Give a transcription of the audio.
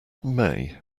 may